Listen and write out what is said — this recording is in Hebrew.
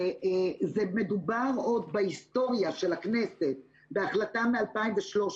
מדובר בהיסטוריה של הכנסת בהחלטות מ-2013